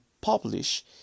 publish